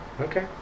okay